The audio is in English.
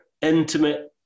intimate